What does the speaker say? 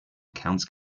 accounts